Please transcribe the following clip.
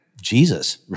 Jesus